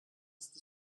ist